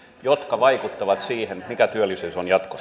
jotka vaikuttavat siihen mikä työllisyys on